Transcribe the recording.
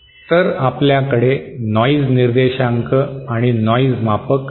तर आपल्याकडे नॉइज निर्देशांक आणि नॉइज मापक आहेत